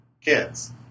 kids